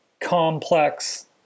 complex